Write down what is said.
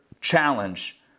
challenge